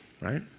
right